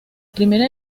primera